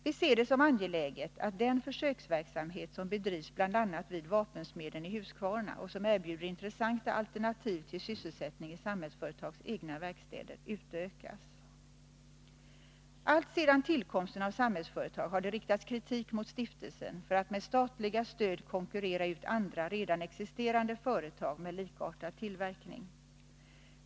Vi ser det som angeläget att den försöksverksamhet som bedrivs bl.a. vid Vapensmeden i Huskvarna och som erbjuder intressanta alternativ till sysselsättning i Samhällsföretags egna verkstäder utökas. Alltsedan tillkomsten av Samhällsföretag har det riktats kritik mot stiftelsen för att den med statligt stöd konkurrerar ut andra, redan existerande företag med likartad tillverkning.